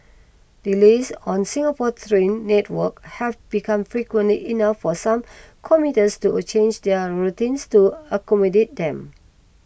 delays on Singapore's train network have become frequently enough for some commuters to change their routines to accommodate them